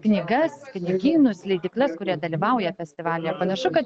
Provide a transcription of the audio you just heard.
knygas knygynus leidyklas kurie dalyvauja festivalyje panašu kad